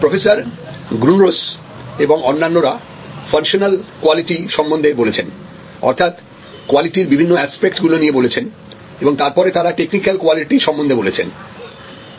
professor Gronroos এবং অন্যান্যরা functional quality সম্বন্ধে বলেছেন অর্থাৎ কোয়ালিটির বিভিন্ন এসপেক্ট গুলো নিয়ে বলেছেন এবং তারপরে তারা টেকনিকাল কোয়ালিটি সম্বন্ধে বলেছেন